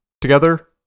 together